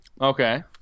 Okay